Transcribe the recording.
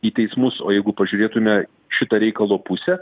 į teismus o jeigu pažiūrėtume šitą reikalo pusę